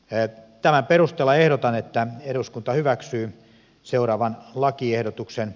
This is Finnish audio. tämän perusteella ehdotan että eduskunta hyväksyy seuraavan lakiehdotuksen